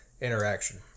interaction